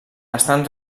estan